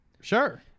Sure